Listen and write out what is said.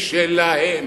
משלהם.